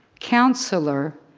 counselor,